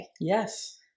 Yes